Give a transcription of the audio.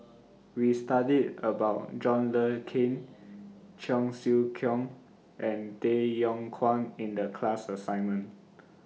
We studied about John Le Cain Cheong Siew Keong and Tay Yong Kwang in The class assignment